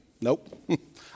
Nope